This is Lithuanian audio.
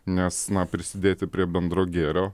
nes na prisidėti prie bendro gėrio